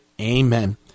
amen